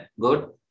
Good